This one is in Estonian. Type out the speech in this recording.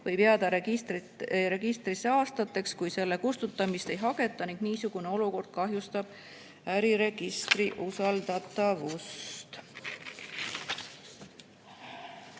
võib jääda registrisse aastateks, kui selle kustutamist ei hageta ning niisugune olukord kahjustab äriregistri usaldatavust.